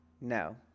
No